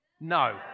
No